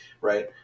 right